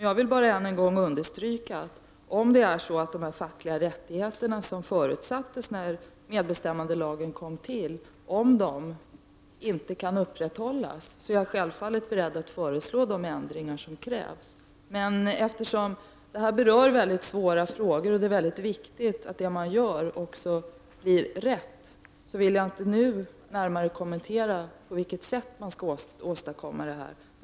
Jag vill emellertid än en gång understryka att om de fackliga rättigheter som förutsattes när medbestämmandelagen kom till inte kan upprätthållas, då är jag självfallet beredd att föreslå de ändringar som krävs. Men eftersom det här rör sig om mycket svåra frågor och det är mycket viktigt att det man gör också blir riktigt, vill jag inte nu närmare kommentera på vilket sätt detta skall åstadkommas.